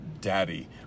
Daddy